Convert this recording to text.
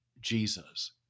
Jesus